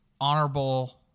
honorable